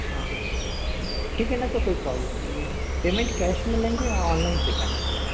हाँ ठीक है ना तो कोई प्रॉब्लम नहीं है पेमेंट कैश में लेंगे या ऑनलाइन पे करना पड़ेगा